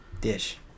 dish